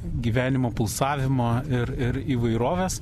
gyvenimo pulsavimo ir ir įvairovės